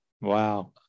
Wow